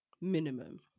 Minimum